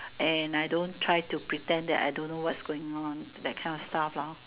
and I don't try to pretend that I don't know what's going on that kind of stuff lor